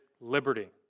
liberty